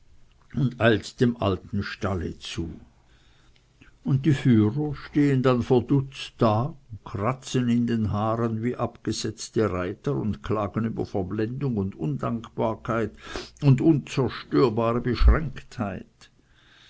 und eilt dem alten stalle zu und die führer stehen dann verdutzt da kratzen in den haaren wie abgesetzte reiter und klagen über verblendung und undankbarkeit und unzerstörbare beschränktheit